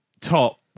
top